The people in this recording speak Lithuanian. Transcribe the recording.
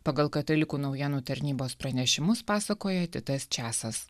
pagal katalikų naujienų tarnybos pranešimus pasakoja titas česas